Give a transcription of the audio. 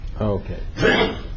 Okay